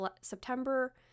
September